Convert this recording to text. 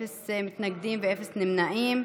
אפס מתנגדים ואפס נמנעים.